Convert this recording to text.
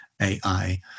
AI